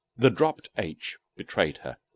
the dropped h betrayed her.